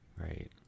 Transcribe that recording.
Right